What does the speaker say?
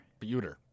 Buter